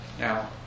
Now